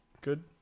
good